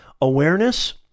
Awareness